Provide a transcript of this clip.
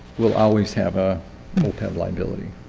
we'll always have a opeb liability